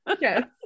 Yes